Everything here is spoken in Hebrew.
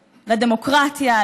לדמוקרטיה,